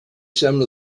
some